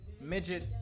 midget